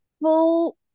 full